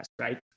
right